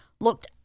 looked